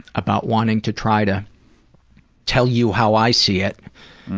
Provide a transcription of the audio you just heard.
about wanting to try to tell you how i see it,